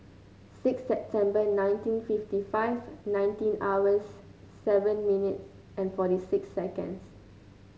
six September nineteen fifty five nineteen hours seven minutes and forty six seconds